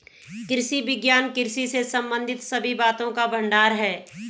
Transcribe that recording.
कृषि विज्ञान कृषि से संबंधित सभी बातों का भंडार है